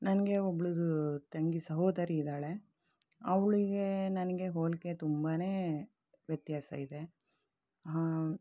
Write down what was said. ನನಗೆ ಒಬ್ಬಳು ತಂಗಿ ಸಹೋದರಿ ಇದ್ದಾಳೆ ಅವಳಿಗೆ ನನಗೆ ಹೋಲಿಕೆ ತುಂಬನೇ ವ್ಯತ್ಯಾಸ ಇದೆ